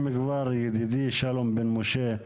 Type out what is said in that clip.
אם כבר ידידי שלום בן משה,